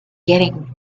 getting